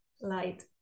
light